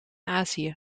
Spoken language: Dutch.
azië